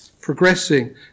progressing